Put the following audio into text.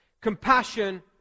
Compassion